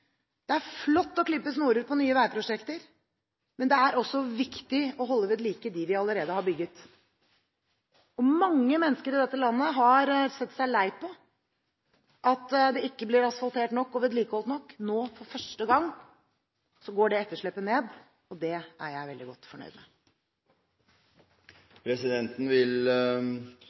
flott å klippe snorer i nye veiprosjekter, men det er også viktig å holde ved like det vi allerede har bygget. Mange mennesker i dette landet har sett seg lei på at det ikke blir asfaltert nok og vedlikeholdt nok. For første gang går etterslepet ned, og det er jeg veldig godt fornøyd med. Presidenten vil